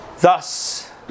Thus